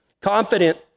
Confident